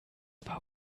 war